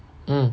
mm